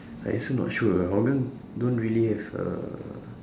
I also not sure ah hougang don't really have a